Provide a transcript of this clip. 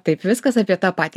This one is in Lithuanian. taip viskas apie tą patį